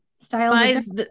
styles